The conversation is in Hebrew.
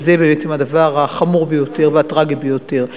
וזה בעצם הדבר החמור ביותר והטרגי ביותר.